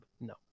no